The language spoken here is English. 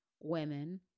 women